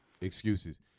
Excuses